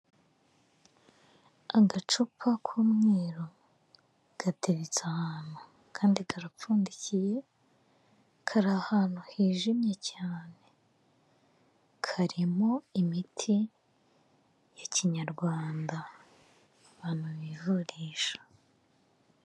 Agacupa k'umweru gateretse ahantu kandi karapfundikiye, kari ahantu hijimye cyane, karimo imiti ya kinyarwanda abantu bivurisha.